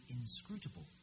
inscrutable